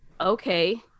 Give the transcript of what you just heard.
okay